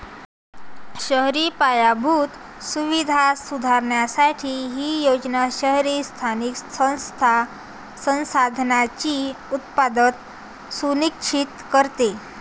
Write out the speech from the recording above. शहरी पायाभूत सुविधा सुधारण्यासाठी ही योजना शहरी स्थानिक संस्थांना संसाधनांची उपलब्धता सुनिश्चित करते